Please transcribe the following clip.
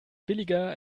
billiger